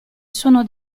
sono